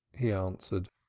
he answered.